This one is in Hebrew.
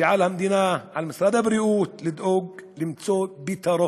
ועל המדינה, על משרד הבריאות, לדאוג למצוא פתרון.